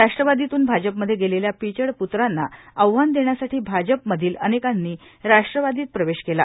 राष्ट्रवादीतून भाजपमध्ये गेलेल्या पिचड प्त्रांना आव्हान देण्यासाठी भाजपमधील अनेकांनी राष्ट्रवादीत प्रवेश केला